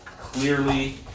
clearly